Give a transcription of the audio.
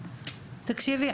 תקשיבי,